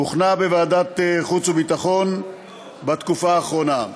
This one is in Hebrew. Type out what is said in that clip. הוכנה בוועדת החוץ והביטחון בתקופה האחרונה.